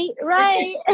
right